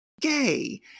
gay